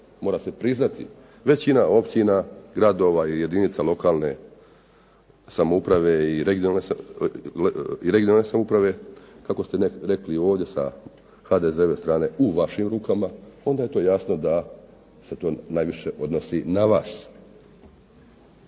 mora se priznati, većina općina, gradova i jedinica lokalne samouprave i regionalne samouprave, kako ste rekli i ovdje sa HDZ-ove strane, u vašim rukama onda je to jasno da se to najviše odnosi na vas.